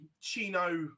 Chino